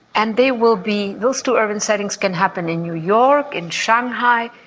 and they will be, those two urban settings can happen in new york, in shanghai,